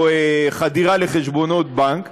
או חדירה לחשבונות בנק,